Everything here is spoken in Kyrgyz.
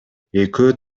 экөө